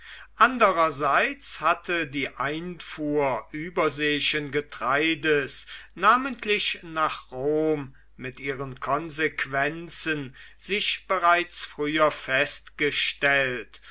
andererseits hatte die einfuhr überseeischen getreides namentlich nach rom mit ihren konsequenzen sich bereits früher festgestellt